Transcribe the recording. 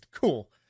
Cool